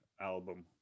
album